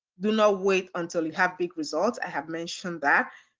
do not wait until you have big results. i have mentioned that.